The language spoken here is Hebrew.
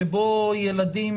שבו ילדים,